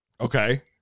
Okay